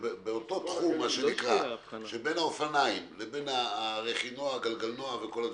שבאותו תחום שבין האופניים לרכינוע, גלגינוע וכו',